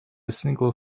single